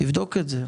תבדוק את זה.